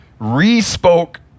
re-spoke